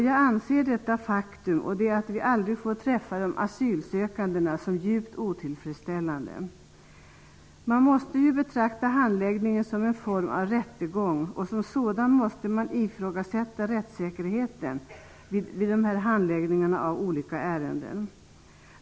Jag anser detta faktum och även det förhållandet att vi aldrig får träffa de asylsökande vara djupt otillfredsställande. Man måste betrakta handläggningen som en form av rättegång, och under sådana förhållanden måste man ifrågasätta rättssäkerheten vid handläggningen av ärendena.